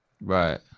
Right